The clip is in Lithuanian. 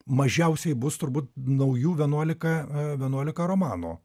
mažiausiai bus turbūt naujų vienuolika vienuolika romanų